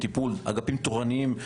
אגפים תורניים,